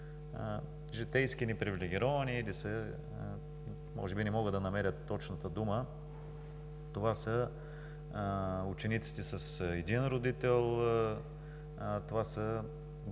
житейски непривилегировани или са, може би не мога да намеря точната дума, това са учениците с един родител, това са